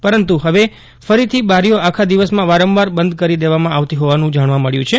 પરંતુ ફવે ફરીથી બારીઓ આખા દિવસમાં વારંવાર બંધ કરી દેવાય છે એવું જાણવા મળયું છે